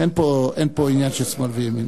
אין פה, אין פה עניין של שמאל וימין.